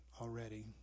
already